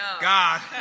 God